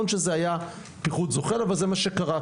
זה מה שקרה,